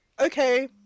okay